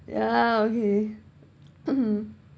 yeah okay mmhmm